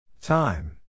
Time